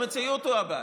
המציאות היא הבעיה.